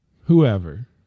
whoever